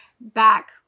back